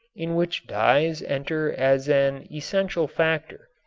in which dyes enter as an essential factor,